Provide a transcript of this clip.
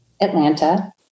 Atlanta